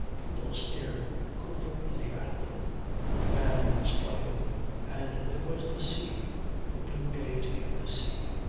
people stared covertly at them the band was playing and there was the sea the blue gaiety of the sea.